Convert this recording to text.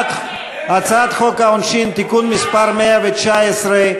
הצעת חוק העונשין (תיקון מס' 119),